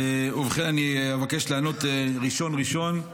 ובכן אני מבקש לענות ראשון ראשון.